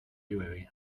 llueve